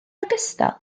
ogystal